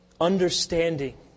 understanding